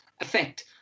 effect